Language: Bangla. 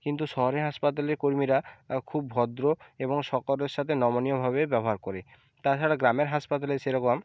কিন্তু শহরের হাসপাতালের কর্মীরা খুব ভদ্র এবং সকলের সাথে নমনীয় ভাবে ব্যবহার করে তাছাড়া গ্রামের হাসপাতালে সেরকম